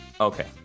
Okay